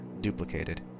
duplicated